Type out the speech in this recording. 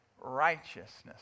righteousness